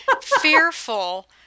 fearful